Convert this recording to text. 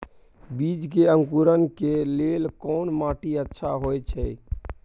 बीज के अंकुरण के लेल कोन माटी अच्छा होय छै?